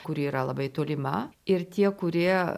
kuri yra labai tolima ir tie kurie